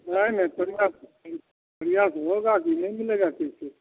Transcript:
नहीं नहीं प्रयास प्रयास होगा कि नहीं मिलेगा कैसे